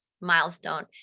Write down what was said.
milestone